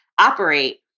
operate